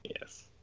yes